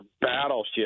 battleship